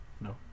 No